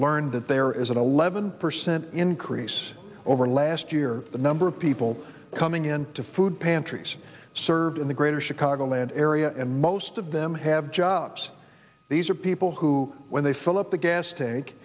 learned that there is an eleven percent increase over last year the number of people coming in to food pantries serve in the greater chicago land area and most of them have jobs these are people who when they fill up the gas tank